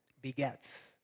begets